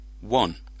one